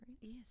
yes